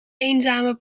eenzame